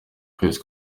kwezi